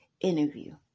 interview